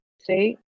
say